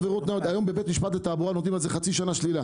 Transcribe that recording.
- היום בבית משפט לתעבורה נותנים על זה חצי שנה שלילה